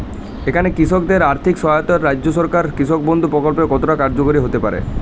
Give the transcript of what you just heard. এখানে কৃষকদের আর্থিক সহায়তায় রাজ্য সরকারের কৃষক বন্ধু প্রক্ল্প কতটা কার্যকরী হতে পারে?